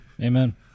Amen